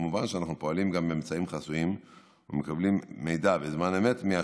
כמובן שאנחנו פועלים גם באמצעים חסויים ומקבלים מידע בזמן אמת מהשטח.